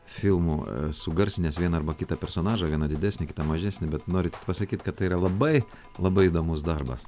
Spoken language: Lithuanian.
filmų esu garsinęs vieną arba kitą personažą vieną didesnį kitą mažesnį bet norit pasakyt kad tai yra labai labai įdomus darbas